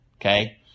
okay